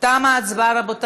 תמה ההצבעה.